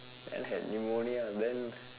and had pneumonia then